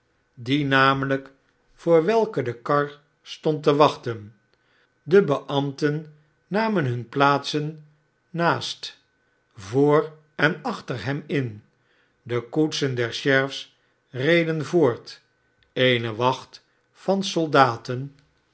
die namelijk voor welkedekar stond te wachten de beambten namen hunne plaatsen naast voor en achter hem in de koetsen der sheriffsreden voort eene wacht van soldaten